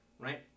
right